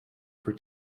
for